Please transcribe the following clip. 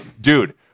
Dude